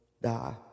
die